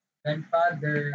grandfather